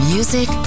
Music